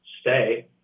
stay